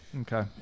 Okay